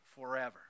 forever